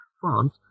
France